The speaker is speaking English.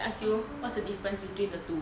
then ask you what's the difference between the two